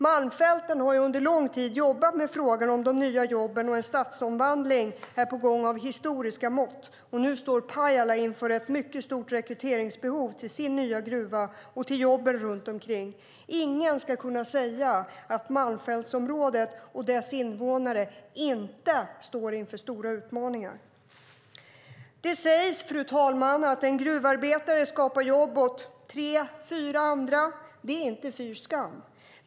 Malmfälten har under lång tid jobbat med frågan om de nya jobben, och en stadsomvandling av historiska mått är på gång. Nu står Pajala inför ett mycket stort rekryteringsbehov till sin nya gruva och till jobben runt omkring. Ingen ska kunna säga att Malmfältsområdet och dess invånare inte står inför stora utmaningar. Det sägs, fru talman, att en gruvarbetare skapar jobb åt tre fyra andra. Det är inte fy skam.